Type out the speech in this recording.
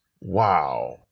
Wow